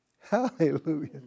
Hallelujah